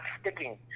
sticking